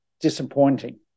disappointing